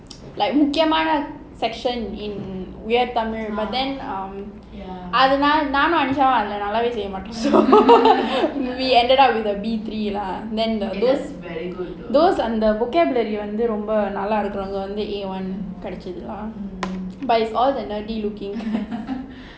like முக்கியமான:mukkiyamaana section in we are tamil but then um நானும்:naanum anushaavum அத நல்லாவே செயமாட்டோம்:athae nallavae seyamaatom so we ended up with a B three lah then the those under vocabulary ரொம்ப நல்ல இருக்குறவங்க வந்து:romba nalla irukuravanga vandhu A one கெடச்சுது:kedachuthu but it's all the nerdy looking